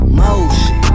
motion